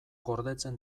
gordetzen